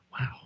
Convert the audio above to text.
Wow